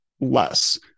less